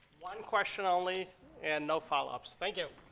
one question only and no follow-ups. thank you.